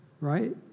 right